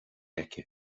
aici